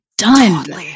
Done